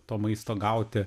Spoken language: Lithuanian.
to maisto gauti